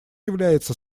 является